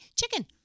chicken